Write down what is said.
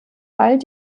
bald